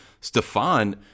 Stefan